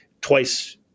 twice